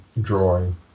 drawing